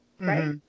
Right